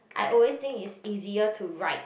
I always think it's easier to write